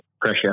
pressure